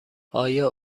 آیا